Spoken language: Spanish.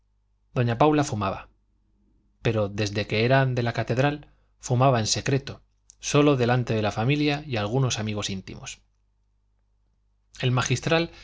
doña paula fumaba pero desde que eran de la catedral fumaba en secreto sólo delante de la familia y algunos amigos íntimos el magistral